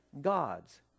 God's